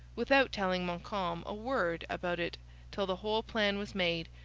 without telling montcalm a word about it till the whole plan was made,